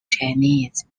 chinese